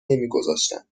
نمیگذاشتند